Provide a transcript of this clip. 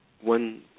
one